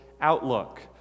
outlook